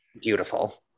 beautiful